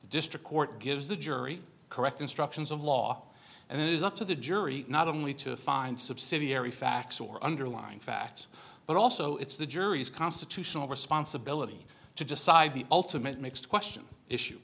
district court gives the jury correct instructions of law and it is up to the jury not only to find subsidiary facts or underlying facts but also it's the jury's constitutional responsibility to decide the ultimate mixed question issue